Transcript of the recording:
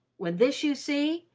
when this you see,